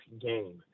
game